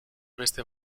beste